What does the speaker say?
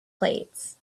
plates